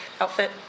outfit